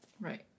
Right